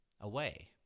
away